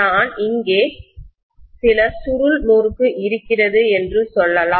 நான் இங்கே சில சுருள் முறுக்கு இருக்கிறது என்று சொல்லலாம்